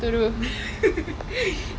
I've been lah but not with you all [what]